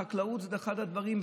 החקלאות היא אחד הדברים.